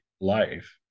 life